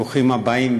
ברוכים הבאים.